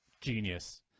Genius